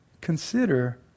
consider